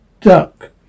duck